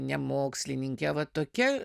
ne mokslininkė va tokia